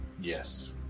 yes